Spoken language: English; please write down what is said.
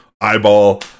eyeball